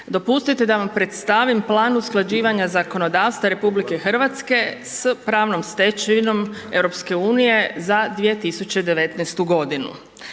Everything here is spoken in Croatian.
Dopustite mi da vam predstavim Plan usklađivanja zakonodavstva Republike Hrvatske s pravnom stečevinom Europske unije za 2019. godinu.